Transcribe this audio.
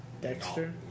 Dexter